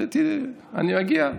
אני אגיע.